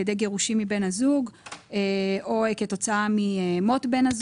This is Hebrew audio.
ידי גירושין מבן הזוג או כתוצאה ממות בן הזוג.